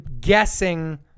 guessing